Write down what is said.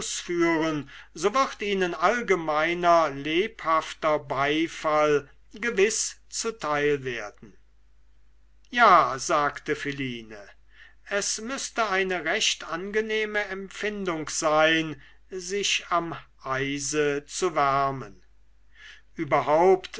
ausführen so wird ihnen allgemeiner lebhafter beifall gewiß zuteil werden ja sagte philine es müßte eine recht angenehme empfindung sein sich am eise zu wärmen überhaupt